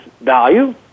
value